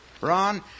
Ron